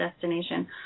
destination